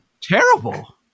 Terrible